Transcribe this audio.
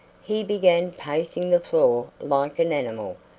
he began pacing the floor like an animal,